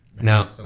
now